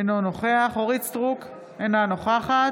אינו נוכח אורית מלכה סטרוק, אינה נוכחת